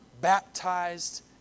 baptized